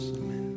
amen